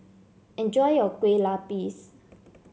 enjoy your Kueh Lupis